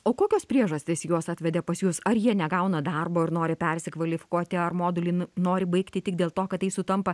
o kokios priežastys juos atvedė pas jus ar jie negauna darbo ir nori persikvalifikuoti ar modulį nori baigti tik dėl to kad tai sutampa